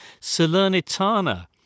Salernitana